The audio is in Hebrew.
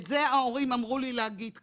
את זה ההורים בקשו ממני להגיד כאן.